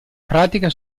pratica